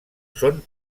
són